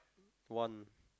one